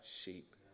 sheep